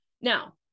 Now